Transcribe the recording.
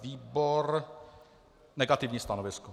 Výbor má negativní stanovisko.